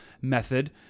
method